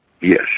Yes